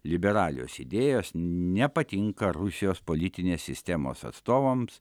liberalios idėjos nepatinka rusijos politinės sistemos atstovams